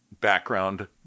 background